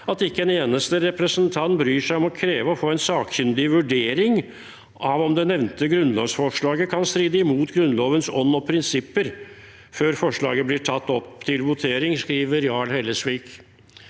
at ikke en eneste stortingsrepresentant bryr seg om å kreve å få en sakkyndig vurdering av om det nevnte grunnlovsforslaget kan stride imot Grunnlovens ånd og prinsipper, før forslaget blir tatt opp til votering?» Det skriver Jarl Hellesvik.